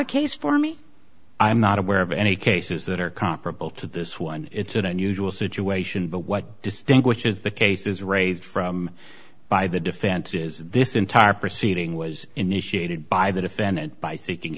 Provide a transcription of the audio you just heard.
a case for me i'm not aware of any cases that are comparable to this one it's an unusual situation but what distinguishes the cases raised from by the defense is this entire proceeding was initiated by the defendant by seeking